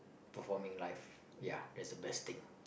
performing life ya that's the best thing